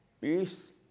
Peace